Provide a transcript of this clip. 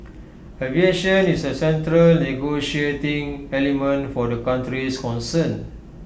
aviation is A central negotiating element for the countries concerned